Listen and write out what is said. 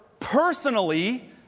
Personally